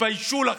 תתביישו לכם.